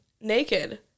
naked